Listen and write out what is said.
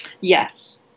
Yes